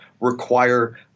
require